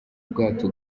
bwato